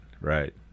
right